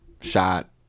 shot